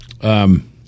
Um-